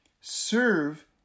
serve